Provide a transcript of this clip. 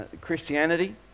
Christianity